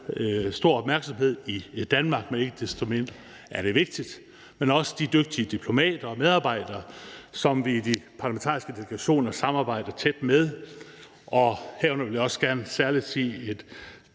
stor opmærksomhed i Danmark, men ikke desto mindre er det vigtigt – men også de dygtige diplomater og medarbejdere, som vi i de parlamentariske delegationer samarbejder tæt med. Herunder vil jeg også gerne særlig sige